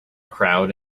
crowd